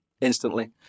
instantly